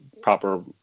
proper